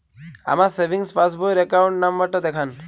আমার সেভিংস পাসবই র অ্যাকাউন্ট নাম্বার টা দেখান?